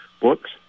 books